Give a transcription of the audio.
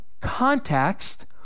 context